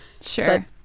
sure